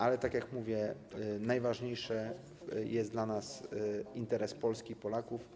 Ale tak jak mówię, najważniejszy jest dla nas interes Polski i Polaków.